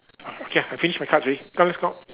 uh okay ah I finish my cards already come let's go